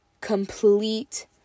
complete